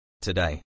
today